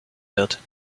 wird